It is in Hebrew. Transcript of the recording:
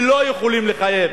ולא יכולים לחייב.